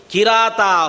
Kirata